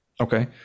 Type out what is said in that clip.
Okay